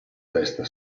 testa